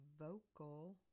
Vocal